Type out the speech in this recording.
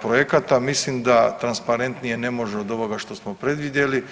projekata mislim da transparentnije ne može od ovoga što smo predvidjeli.